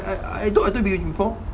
I I thought I tell you before